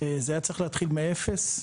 זה היה צריך להתחיל מאפס.